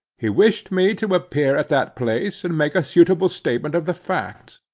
he wished me to appear at that place, and make a suitable statement of the facts.